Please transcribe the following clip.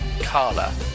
Carla